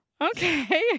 okay